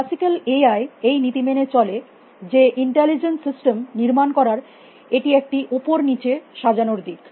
classical AI এই নীতি মেনে চলে যে ইন্টেলিজেন্স সিস্টেম নির্মাণ করার এটি একটি উপর নিচে সাজানোর দিক